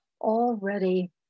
already